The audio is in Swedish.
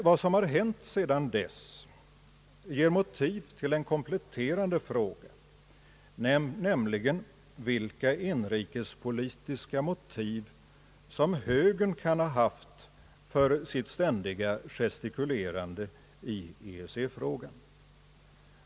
Vad som har hänt sedan dess ger mig emellertid motiv till en kompletterande fråga, nämligen vilka inrikespolitiska motiv som högern kan ha haft för sitt ständiga gestikulerande i EEC-frågan.